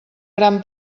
gran